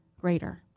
greater